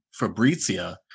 Fabrizia